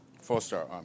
Four-star